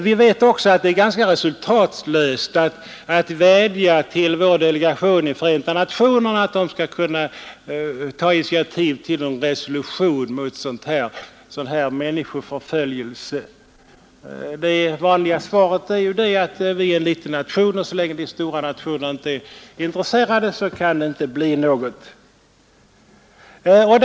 Vi vet också att det är ganska resultatlöst att vädja till vår delegation i Förenta nationerna att den skall ta initiativ till resolution mot diskriminering av sådana här minoriteter. Det vanliga svaret är att vi är en liten nation, och så länge de stora nationerna inte är intresserade kan det inte bli något resultat.